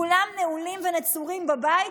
כולם נעולים ונצורים בבית,